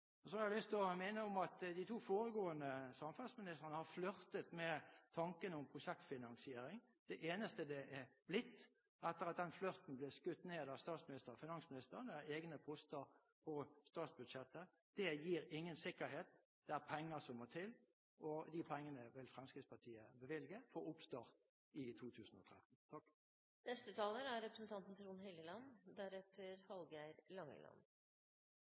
Så har jeg lyst til å minne om at de to foregående samferdselsministrene har flørtet med tanken om prosjektfinansiering. Det eneste det er blitt etter at den flørten ble skutt ned av statsminister og finansminister, er egne poster på statsbudsjettet. Det gir ingen sikkerhet. Det er penger som må til, og de pengene vil Fremskrittspartiet bevilge for oppstart i 2013.